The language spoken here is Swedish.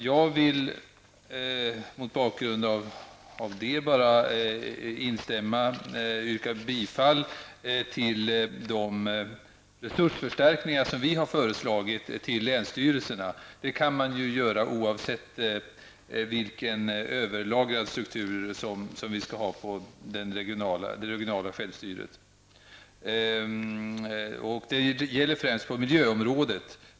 Jag vill mot bakgrund av detta yrka bifall till de resursförstärkningar som vi har föreslagit till länsstyrelserna. Det går att göra oavsett vilken överlaga struktur som det skulle vara på det regionala självstyret. Det här gäller främst på miljöområdet.